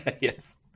Yes